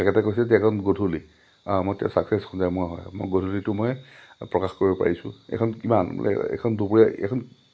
তেখেতে কৈছে যে এইখন গধূলি মই তেতিয়া চাকচেছ হ'মেই মই হয় মই গধূলিটো মই প্ৰকাশ কৰিব পাৰিছোঁ এইখন কিমান মানে এইখন দুপৰীয়া এইখন